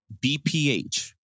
BPH